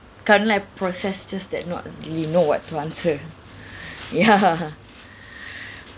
can't I process just that not really know what to answer ya